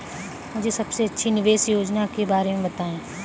मुझे सबसे अच्छी निवेश योजना के बारे में बताएँ?